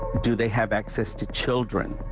do they have access to children?